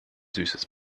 süßes